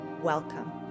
welcome